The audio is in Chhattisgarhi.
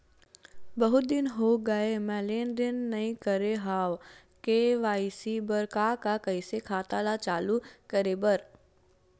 बहुत दिन हो गए मैं लेनदेन नई करे हाव के.वाई.सी बर का का कइसे खाता ला चालू करेबर?